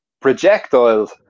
projectiles